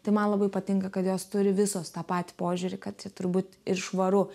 tai man labai patinka kad jos turi visos tą patį požiūrį kad čia turi būt ir švaru